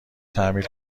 تعمیر